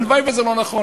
הלוואי שזה לא נכון.